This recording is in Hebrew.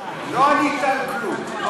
לא ענית על כלום.